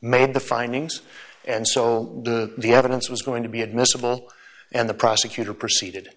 made the findings and so the evidence was going to be admissible and the prosecutor proceeded